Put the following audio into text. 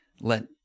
let